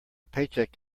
paycheck